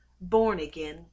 born-again